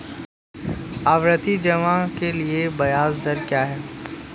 आवर्ती जमा के लिए ब्याज दर क्या है?